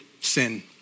sin